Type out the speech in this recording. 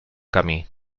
camí